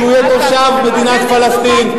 שיהיה תושב מדינת פלסטין.